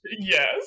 Yes